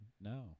No